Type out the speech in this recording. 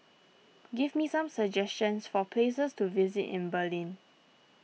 give me some suggestions for places to visit in Berlin